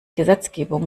gesetzgebung